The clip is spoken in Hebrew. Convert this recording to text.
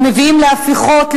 הם מביאים להפיכות,